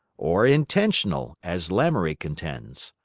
or intentional, as lamoury contends.